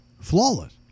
flawless